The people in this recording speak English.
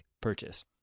purchase